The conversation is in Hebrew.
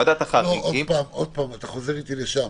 לא, עוד פעם אתה חוזר איתי לשם.